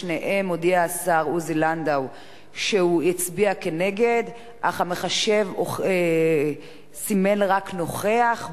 בשניהם הודיע השר עוזי לנדאו שהוא הצביע נגד אך המחשב סימן רק "נוכח".